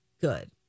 good